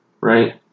right